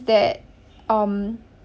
that um